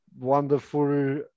wonderful